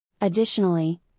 Additionally